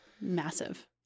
massive